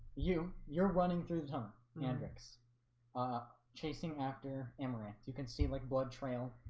you you're running through the tunnel kendricks ah? chasing after amarant you can see like blood trail